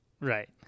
Right